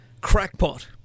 crackpot